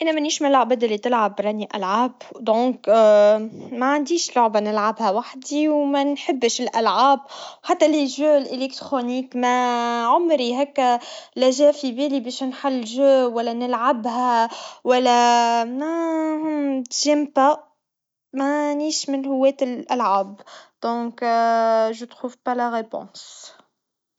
وقت ما نكون وحدي، نحب نلعب ألعاب الفيديو. خاصة الألعاب الاستراتيجية، كيما الشطرنج. نحب نفكر ونخطط كيفاش نربح. هاللعبة تخلي عقلي نشيط وتخليني نغوص في عالم مختلف. زادة، تعطي فرصة للاسترخاء وتنسي الواحد عن الضغوط.